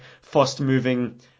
fast-moving